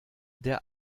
der